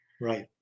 Right